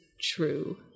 true